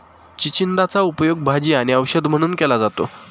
चिचिंदाचा उपयोग भाजी आणि औषध म्हणून केला जातो